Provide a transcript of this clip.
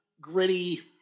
gritty